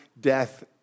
death